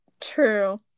True